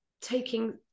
taking